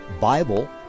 Bible